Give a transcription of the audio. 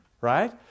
right